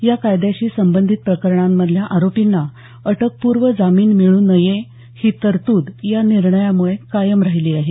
या कायद्याशी संबंधित प्रकरणांमधल्या आरोपींना अटकपूर्व जामीन मिळू नये ही तरतूद या निर्णयामुळे कायम राहिली आहे